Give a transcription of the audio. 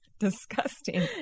disgusting